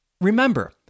Remember